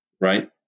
Right